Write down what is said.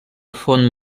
font